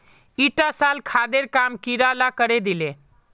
ईटा साल खादेर काम कीड़ा ला करे दिले